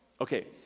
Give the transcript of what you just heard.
Okay